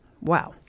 Wow